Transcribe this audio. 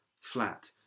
flat